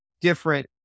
Different